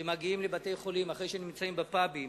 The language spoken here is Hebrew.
שמגיעים לבתי-חולים אחרי שהם נמצאים בפאבים,